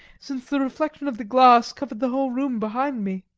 since the reflection of the glass covered the whole room behind me.